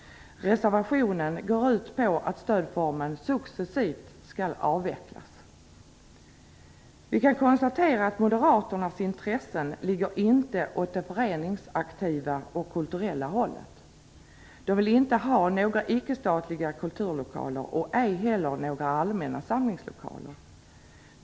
Reservationen går ut på att stödformen successivt skall avvecklas. Vi kan konstatera att moderaternas intressen inte ligger åt det föreningsaktiva och kulturella hållet. De vill inte ha några icke-statliga kulturlokaler och ej heller några allmänna samlingslokaler.